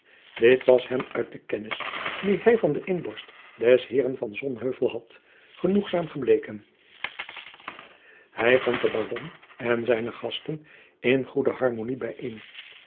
dit was hem uit de kennis die hij van de inborst des heeren van sonheuvel had genoegzaam gebleken hij vond den baron en zijne gasten in goede harmonie bijeen